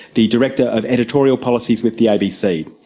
the director of editorial policies with the abc.